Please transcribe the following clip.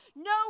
No